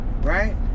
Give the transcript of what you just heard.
Right